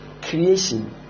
creation